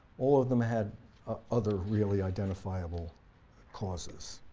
all of them had other really identifiable causes.